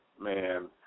man